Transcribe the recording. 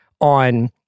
on